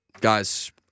guys